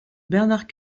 bernard